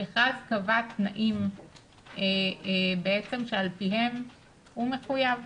המכרז קבע תנאים שעל פיהם העמותה מחויבת.